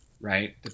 right